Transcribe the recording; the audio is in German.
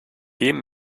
dem